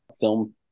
film